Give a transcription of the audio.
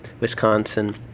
Wisconsin